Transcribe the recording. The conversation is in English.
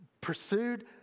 pursued